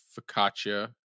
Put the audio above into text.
Focaccia